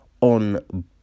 on